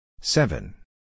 Seven